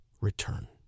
return